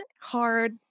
hard